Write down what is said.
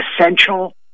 essential